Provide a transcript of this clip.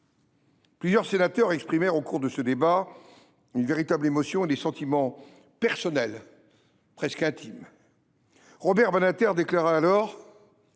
Plusieurs sénateurs exprimèrent au cours de ce débat une véritable émotion et des sentiments personnels, presque intimes. Robert Badinter déclara alors